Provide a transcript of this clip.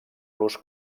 los